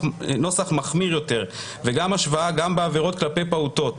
מחמיר יותר וגם השוואה בעבירות כלפי פעוטות.